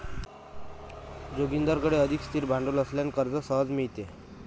जोगिंदरकडे अधिक स्थिर भांडवल असल्याने कर्ज सहज मिळते